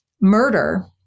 murder